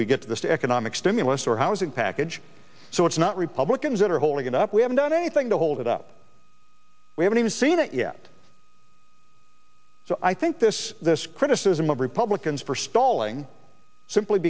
we get this economic stimulus or housing package so it's not republicans that are holding it up we haven't done anything to hold it up we haven't even seen it yet so i think this criticism of republicans for stalling simply